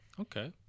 Okay